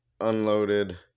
unloaded